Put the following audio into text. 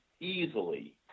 easily